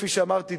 כפי שאמרתי,